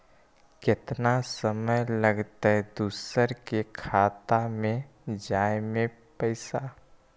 केतना समय लगतैय दुसर के खाता में जाय में पैसा?